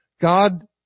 God